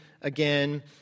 again